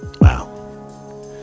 wow